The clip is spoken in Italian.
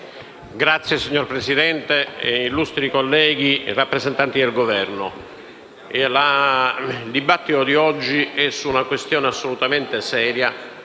Signor Presidente, illustri colleghi, rappresentanti del Governo, il dibattito odierno verte su una questione assolutamente seria